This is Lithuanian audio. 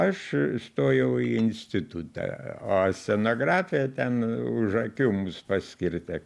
aš įstojau į institutą o scenografija ten už akių mums paskirta